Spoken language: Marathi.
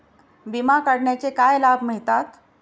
विमा काढण्याचे काय लाभ मिळतात?